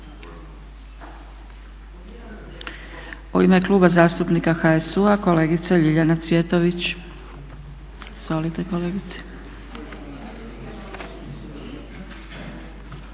U ime Kluba zastupnika HSU-a kolegica Ljiljana Cvjetović.